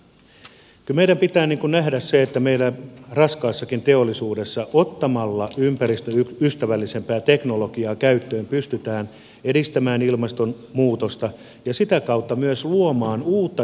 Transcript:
kyllä meidän pitää nähdä se että meillä raskaassakin teollisuudessa ottamalla ympäristöystävällisempää teknologiaa käyttöön pystytään ehkäisemään ilmastonmuutosta ja sitä kautta myös luomaan uutta teollisuutta suomeen